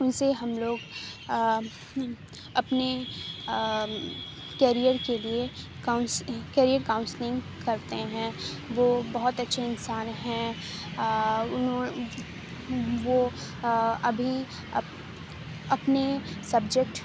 ان سے ہم لوگ اپنے کیریئر کے لیے کاؤنس کیریئر کاؤنسلنگ کرتے ہیں وہ بہت اچھے انسان ہیں انہوں وہ ابھی اپ اپنے سبجیکٹ